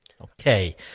Okay